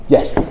Yes